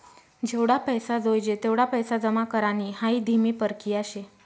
जेवढा पैसा जोयजे तेवढा पैसा जमा करानी हाई धीमी परकिया शे